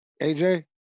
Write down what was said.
AJ